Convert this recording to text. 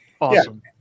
awesome